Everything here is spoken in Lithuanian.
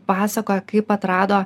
pasakojo kaip atrado